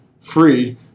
free